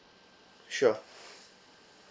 sure